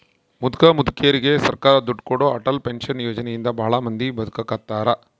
ಮುದುಕ ಮುದುಕೆರಿಗೆ ಸರ್ಕಾರ ದುಡ್ಡು ಕೊಡೋ ಅಟಲ್ ಪೆನ್ಶನ್ ಯೋಜನೆ ಇಂದ ಭಾಳ ಮಂದಿ ಬದುಕಾಕತ್ತಾರ